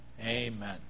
Amen